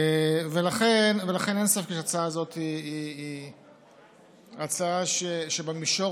לכן אין ספק שההצעה הזאת היא הצעה שבמישור